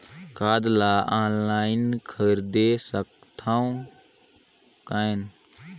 खाद ला ऑनलाइन खरीदे सकथव कौन?